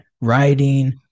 writing